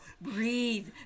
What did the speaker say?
breathe